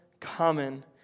common